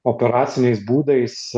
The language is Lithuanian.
operaciniais būdais